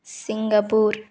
Singapore